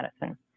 Medicine